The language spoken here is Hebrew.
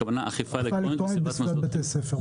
הכוונה לאכיפה אלקטרונית בסביבת בתי ספר,